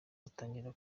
batangira